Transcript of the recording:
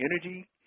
energy